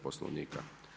Poslovnika.